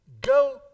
Go